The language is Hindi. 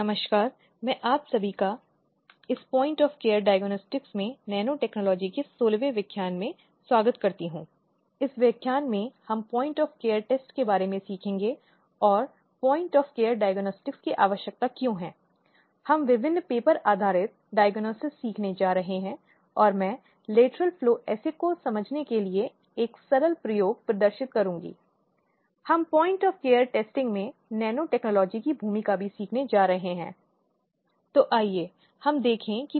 एनपीटीईएल एनपीटीईएल ऑनलाइन प्रमाणीकरण पाठ्यक्रम कोर्स ऑन लिंग भेद न्याय और कार्यस्थल सुरक्षा gender justice and workplace security द्वारा प्रो दीपा दुबे राजीव गांधी बौद्धिक संपदा विधि विद्यालय आई आई खड़गपुर व्याख्यान 16 लैंगिक हिंसा भीतर और बाहर जारी नमस्ते और लिंग भेद न्याय और कार्यस्थल की सुरक्षा पाठ्यक्रम में आपका स्वागत है